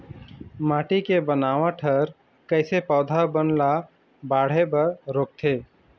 माटी के बनावट हर कइसे पौधा बन ला बाढ़े बर रोकथे?